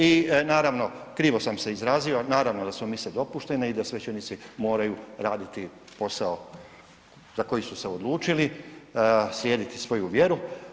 I naravno krivo sam se izrazio, naravno da su mise dopuštene i da svećenici moraju radit posao za koji su se odlučili, slijediti svoju vjeru.